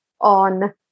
on